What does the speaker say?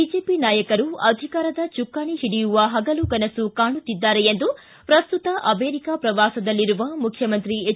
BJP ನಾಯಕರು ಅಧಿಕಾರ ಚುಕ್ಕಾಣಿ ಹಿಡಿಯುವ ಹಗಲು ಕನಸು ಕಾಣುತ್ತಿದ್ದಾರೆ ಎಂದು ಪ್ರಸ್ತುತ ಅಮೇರಿಕಾ ಪ್ರವಾಸದಲ್ಲಿರುವ ಮುಖ್ಯಮಂತ್ರಿ ಎಚ್